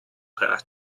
her